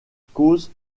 cause